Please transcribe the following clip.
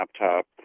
laptop